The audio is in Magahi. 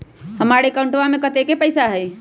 हमार अकाउंटवा में कतेइक पैसा हई?